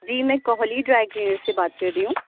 جی میں Kohli dry cleaner سے بات کر رہی ہوں